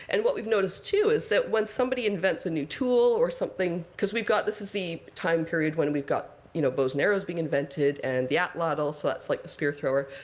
and what we've noticed, too, is that when somebody invents a new tool or something because we've got this is the time period when we've got you know bows and arrows being invented, and the atlatl. so that's like the spear thrower.